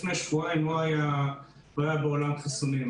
לפני שבועיים לא היו בעולם חיסונים,